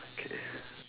okay